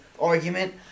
argument